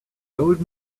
old